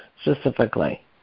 specifically